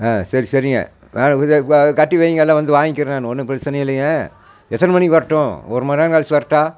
ஆ சரி சரிங்க கட்டி வைங்க எல்லாம் வந்து வாங்கிறேன் நான் ஒன்றும் பிரச்சினை இல்லைங்க எத்தனை மணிக்கு வரட்டும் ஒரு மணி நேரம் கழித்து வரட்டா